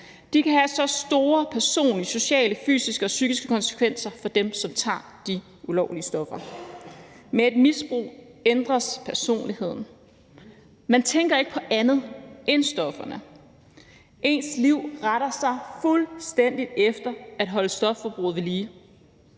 De kan have store personlige, sociale, fysiske og psykiske konsekvenser for dem, som tager de ulovlige stoffer. Med et misbrug ændres personligheden. Man tænker ikke på andet end stofferne. Ens liv retter sig fuldstændig efter at holde stofbruget ved lige.